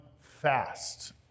fast